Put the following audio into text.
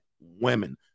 women